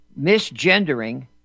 misgendering